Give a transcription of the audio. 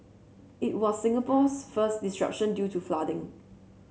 it was Singapore's first disruption due to flooding